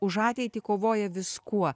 už ateitį kovoja viskuo